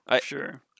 sure